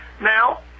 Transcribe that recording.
Now